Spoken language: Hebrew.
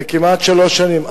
זה כמעט שלוש שנים.